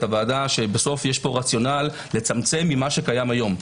הוועדה אומרים שבסוף יש פה רציונל לצמצם ממה שקיים כיום.